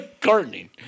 gardening